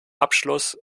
abschluss